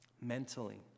mentally